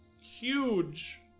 huge